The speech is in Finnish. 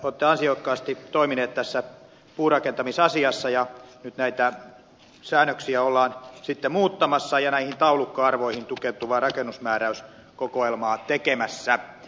olette ansiokkaasti toiminut tässä puurakentamisasiassa ja nyt näitä säännöksiä ollaan sitten muuttamassa ja näihin taulukkoarvoihin tukeutuvaa rakennusmääräyskokoelmaa tekemässä